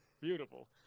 Beautiful